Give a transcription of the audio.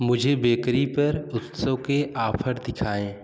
मुझे बेकरी पर उत्सव के आफर दिखाएँ